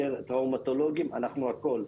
ראומטולוגים, אנחנו הכל.